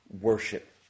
Worship